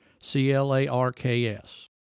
C-L-A-R-K-S